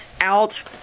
out